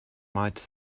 might